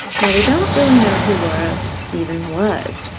now we don't really know who laura even was,